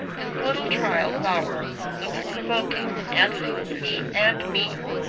this little trial of ours looks provoking, and foolish, and mean,